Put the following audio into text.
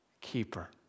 keeper